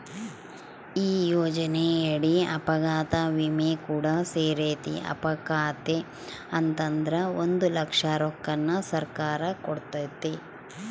ಈ ಯೋಜನೆಯಡಿ ಅಪಘಾತ ವಿಮೆ ಕೂಡ ಸೇರೆತೆ, ಅಪಘಾತೆ ಆತಂದ್ರ ಒಂದು ಲಕ್ಷ ರೊಕ್ಕನ ಸರ್ಕಾರ ಕೊಡ್ತತೆ